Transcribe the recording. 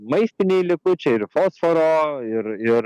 maistiniai likučiai ir fosforo ir ir